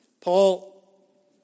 Paul